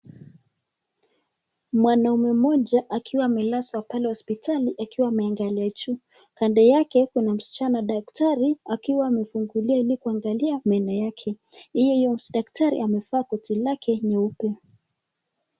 Mwanaume mmoja akiwa amelazwa pale hospitali akiwa ameangalia juu. kando yake kuna msichana daktari akiwa amefungulia ili kuangalia meno yake. Yeye huyo daktari amevaa koti lake jeupe.